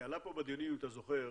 עלה פה בדיונים, אם אתה זוכר,